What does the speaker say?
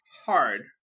hard